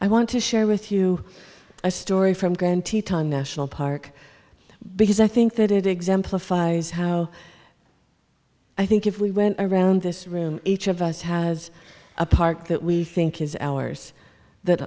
i want to share with you a story from grand teton national park because i think that it exemplifies how i think if we went around this room each of us has a park that we think is ours that